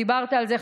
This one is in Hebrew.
דיברת על זה,